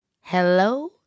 Hello